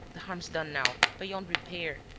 the harm's done now, beyond repair.